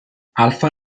alfa